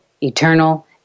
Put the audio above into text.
eternal